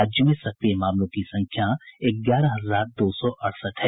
राज्य में सक्रिय मामलों की संख्या ग्यारह हजार दो सौ अड़सठ है